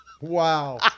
Wow